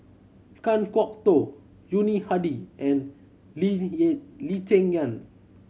Kan Kwok Toh Yuni Hadi and Lee Lee Cheng Yan